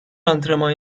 antrenman